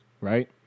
Right